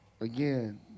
again